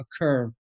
occur